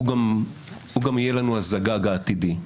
הוא גם יהיה לנו הזגג העתידי.